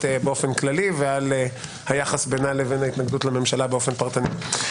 באופן כללי ועל היחס בינה לבין ההתנגדות לממשלה באופן פרטני.